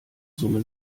summe